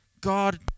God